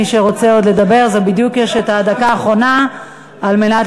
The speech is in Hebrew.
מי שרוצה עוד לדבר, בדיוק יש דקה אחרונה להירשם.